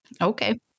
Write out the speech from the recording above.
Okay